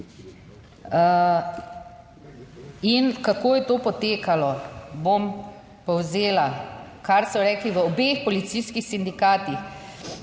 In kako je to potekalo? Bom povzela, kar so rekli v obeh policijskih sindikatih: